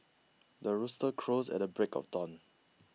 the rooster crows at the break of dawn